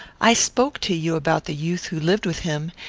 i spoke to you about the youth who lived with him,